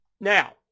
Now